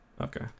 Okay